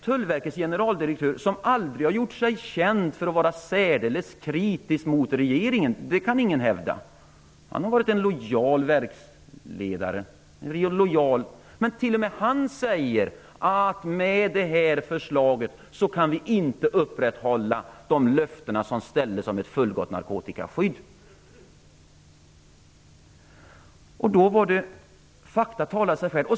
Tullverkets generaldirektör har aldrig gjort sig känd för att vara särdeles kritisk mot regeringen. Det kan ingen hävda. Han har varit en lojal verksledare. T.o.m. han säger att de löften som gavs om ett fullgott narkotikaskydd inte kan infrias med detta förslag. Fakta talar för sig själv.